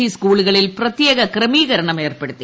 E സ്കൂളുകളിൽ പ്രത്യേക ക്രമീകരണം ഏർപ്പെടുത്തി